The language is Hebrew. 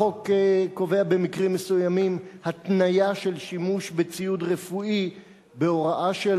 החוק קובע במקרים מסוימים התניה של שימוש בציוד רפואי בהוראה של